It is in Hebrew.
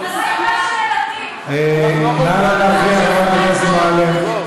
נא לא להפריע, חברת הכנסת מועלם.